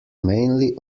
mainly